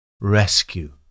Rescue